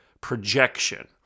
projection